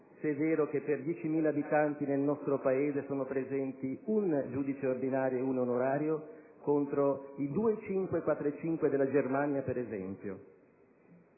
se è vero che per 10.000 abitanti nel nostro Paese sono presenti un giudice ordinario e uno onorario, contro rispettivamente i 2,5 e i 4,5 della Germania, per esempio;